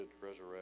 resurrect